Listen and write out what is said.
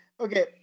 Okay